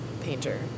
painter